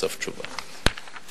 סוף תשובה.